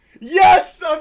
Yes